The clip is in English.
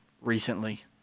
recently